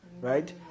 right